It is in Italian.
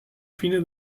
fine